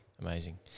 Amazing